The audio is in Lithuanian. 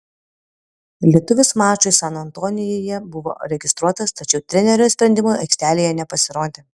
lietuvis mačui san antonijuje buvo registruotas tačiau trenerio sprendimu aikštelėje nepasirodė